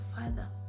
father